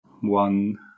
one